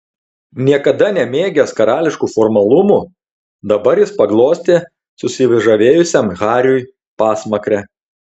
niekada nemėgęs karališkų formalumų dabar jis paglostė susižavėjusiam hariui pasmakrę